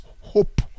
hope